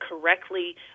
correctly